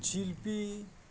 ᱡᱷᱤᱞᱯᱤ